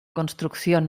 construcción